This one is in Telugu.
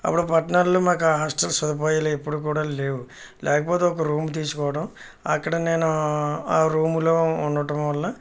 అప్పుడు పట్టణాలలో మాకు ఆ హాస్టల్ సదుపాయాలు ఎప్పుడు కూడా లేవు లేకపోతే ఒక రూమ్ తీసుకోవడం అక్కడ నేను ఆ రూమ్లో ఉండటం వల్ల